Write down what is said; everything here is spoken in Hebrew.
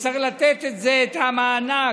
שצריך לתת את המענק